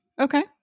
Okay